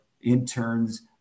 interns